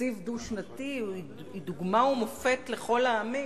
ותקציב דו-שנתי הוא דוגמה ומופת לכל העמים.